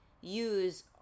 use